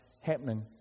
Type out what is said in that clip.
happening